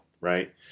right